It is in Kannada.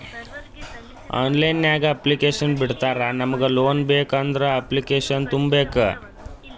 ಆನ್ಲೈನ್ ನಾಗ್ ಅಪ್ಲಿಕೇಶನ್ ಬಿಡ್ತಾರಾ ನಮುಗ್ ಲೋನ್ ಬೇಕ್ ಅಂದುರ್ ಅಪ್ಲಿಕೇಶನ್ ತುಂಬೇಕ್